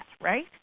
right